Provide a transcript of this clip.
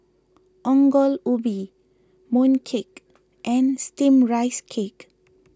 Ongol Ubi Mooncake and Steamed Rice Cake